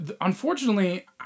unfortunately